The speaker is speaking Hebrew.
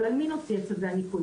אבל על מי נוציא את צווי הניקוי?